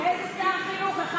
איזה שר חינוך?